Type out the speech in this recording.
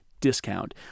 discount